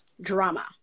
Drama